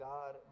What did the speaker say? God